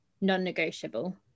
non-negotiable